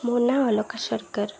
ମୁଁ ନାଁ ଅଲୋଖା ସରକାର